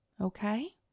okay